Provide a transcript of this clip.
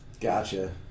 Gotcha